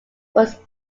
was